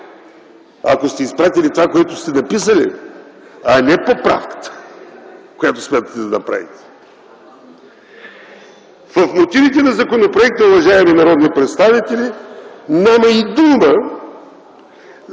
ако сте изпратили това, което сте написали, а не поправката, която смятате да направите. В мотивите на законопроекта, уважаеми народни представители, няма и дума